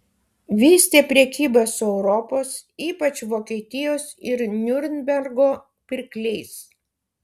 vystė prekybą su europos ypač vokietijos ir niurnbergo pirkliais